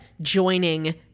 joining